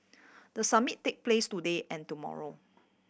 the summit take place today and tomorrow